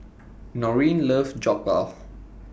Norene loves Jokbal